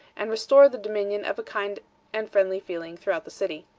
and restore the dominion of a kind and friendly feeling throughout the city.